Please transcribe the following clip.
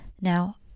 Now